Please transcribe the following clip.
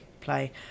play